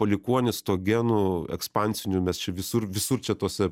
palikuonys to genų ekspansinių mes visur visur čia tuose